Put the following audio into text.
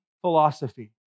philosophy